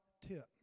tip